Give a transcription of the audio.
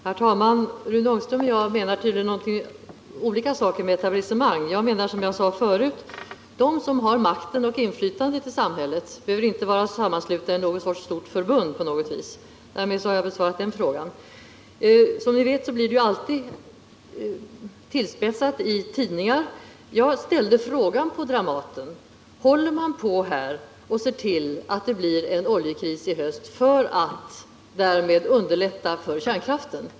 Herr talman! Rune Ångström och jag menar tydligen olika saker med ordet etablissemang. Jag menar, som jag sade förut, de som har makten och inflytandet i samhället. De behöver inte vara sammanslutna i ett stort förbund. Därmed har jag besvarat den frågan. Som ni vet blir uttalanden alltid tillspetsat återgivna i tidningar. På Dramaten frågade jag om man håller på att se till att det blir en oljekris i höst för att därmed underlätta för kärnkraften.